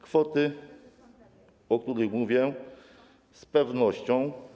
Kwoty, o których mówię, z pewnością.